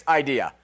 idea